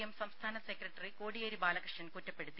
M സംസ്ഥാന secretary Kodiyeri Balakrishnan കുറ്റപ്പെടുത്തി